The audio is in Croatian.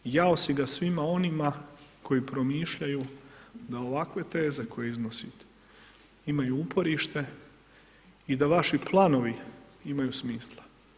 Jao si ga svima onima koji promišljaju da ovakve teze koje iznosite imaju uporište i da vaši planovi imaju smisla.